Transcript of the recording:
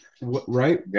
Right